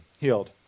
Healed